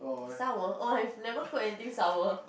sour oh I've never cooked anything sour